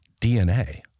DNA